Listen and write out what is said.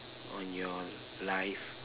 on your life